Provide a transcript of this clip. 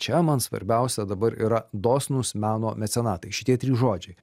čia man svarbiausia dabar yra dosnūs meno mecenatai šitie trys žodžiai